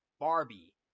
Barbie